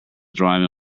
driving